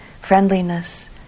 friendliness